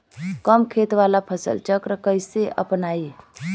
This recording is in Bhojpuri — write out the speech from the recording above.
कम खेत वाला फसल चक्र कइसे अपनाइल?